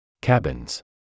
Cabins